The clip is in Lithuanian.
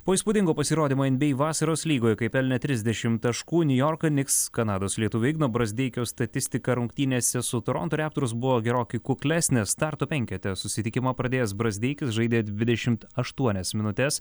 po įspūdingo pasirodymo nba vasaros lygoje kai pelnė trisdešim taškų niujorko niks kanados lietuvio igno brazdeikio statistika rungtynėse su toronto reptors buvo gerokai kuklesnė starto penkete susitikimą pradėjęs brazdeikis žaidė dvidešimt aštuonias minutes